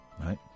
right